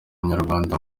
nyarwanda